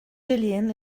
jillian